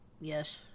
Yes